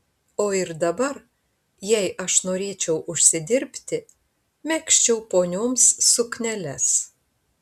o ir dabar jei aš norėčiau užsidirbti megzčiau ponioms sukneles